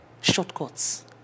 shortcuts